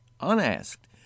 unasked